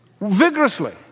vigorously